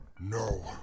No